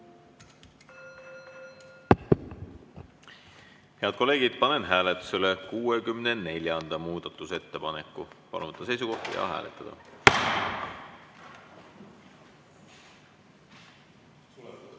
Head kolleegid, panen hääletusele 67. muudatusettepaneku. Palun võtta seisukoht ja hääletada! Head